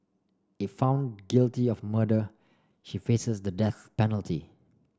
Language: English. if found guilty of murder she faces the death penalty